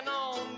on